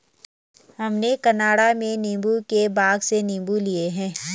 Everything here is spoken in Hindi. हमने कनाडा में नींबू के बाग से नींबू लिए थे